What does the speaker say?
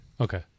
Okay